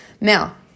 Now